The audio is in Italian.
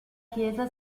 chiesa